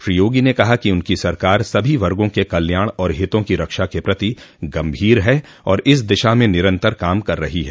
श्री योगी ने कहा कि उनकी सरकार सभी वर्गों के कल्याण और हितों की रक्षा के प्रति गंभीर है और इस दिशा में निरंतर काम कर रही है